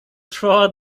trwała